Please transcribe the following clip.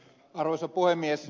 arvoisa puhemies